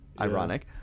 Ironic